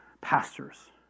pastor's